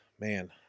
man